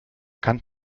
kann